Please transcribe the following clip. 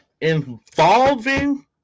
Involving